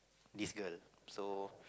this girl so